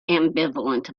ambivalent